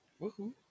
Woohoo